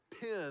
pin